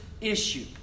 issue